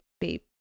babe